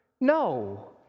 No